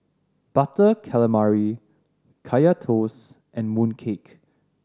Butter Calamari Kaya Toast and mooncake